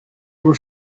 were